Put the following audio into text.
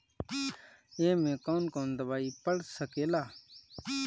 ए में कौन कौन दवाई पढ़ सके ला?